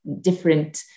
different